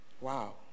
wow